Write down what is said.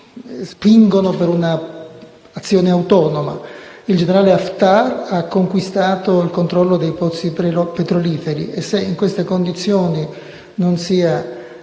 spingono per un'azione autonoma. Il generale Haftar ha conquistato il controllo dei pozzi petroliferi. Vorrei sapere se, in siffatte condizioni, non sia